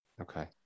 Okay